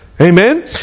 Amen